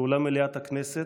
לאולם מליאת הכנסת,